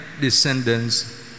descendants